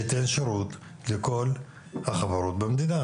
שייתן שירות לכל האזרחים במדינה.